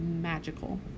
magical